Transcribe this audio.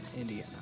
Indiana